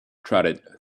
trotted